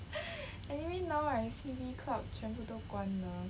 anyway now right C_B clubs 全部都关了